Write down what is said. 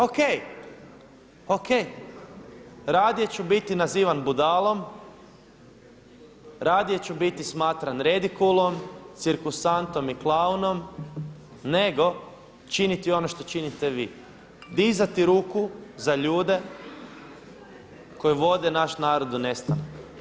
O.k. radije ću biti nazivan budalom, radije ću biti smatran redikulom, cirkusantom i klaunom nego činiti ono što činite vi, dizati ruku za ljude koji vode naš narod u nestanak.